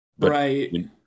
Right